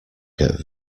get